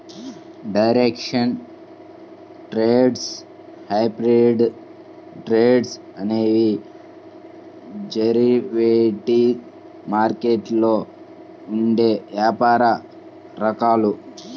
directional trades, hedged trades అనేవి derivative మార్కెట్లో ఉండే వ్యాపార రకాలు